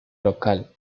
local